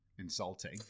Insulting